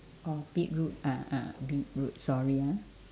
oh beetroot ah ah beetroot sorry ah